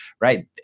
Right